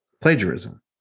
plagiarism